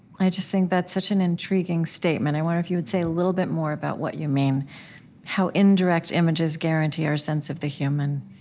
i just think that's such an intriguing statement. i wonder if you'd say a little bit more about what you mean how indirect images guarantee our sense of the human.